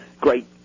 great